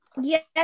yes